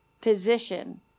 position